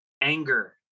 anger